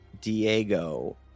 Diego